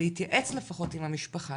להתייעץ לפחות עם המשפחה,